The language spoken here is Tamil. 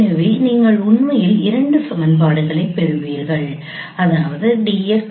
எனவே நீங்கள் உண்மையில் இரண்டு சமன்பாடுகளைப் பெறுவீர்கள் எனவே dx 0